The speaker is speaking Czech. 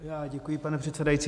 Já děkuji, pane předsedající.